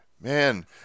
Man